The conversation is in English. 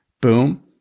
boom